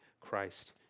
Christ